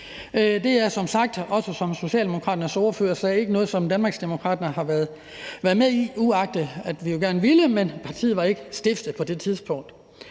det er som sagt, som Socialdemokraternes ordfører også sagde, ikke noget, som Danmarksdemokraterne har været med i, uagtet at vi jo gerne ville. Men partiet var ikke stiftet på det tidspunkt.